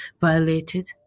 violated